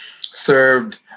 Served